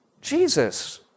Jesus